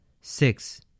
six